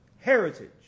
heritage